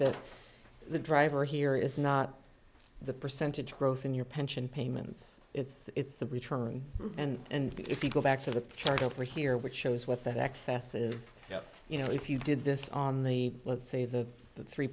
that the driver here is not the percentage growth in your pension payments it's the return and if you go back to the charter for here which shows what the excess is you know if you did this on the let's say the three